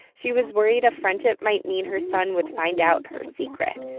she was worried a friendship might mean her son would find out her secret.